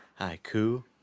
haiku